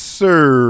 sir